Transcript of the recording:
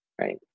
right